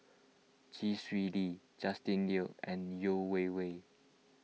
Chee Swee Lee Justin Lean and Yeo Wei Wei